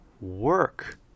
work